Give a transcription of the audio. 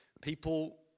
People